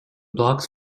blocks